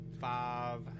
five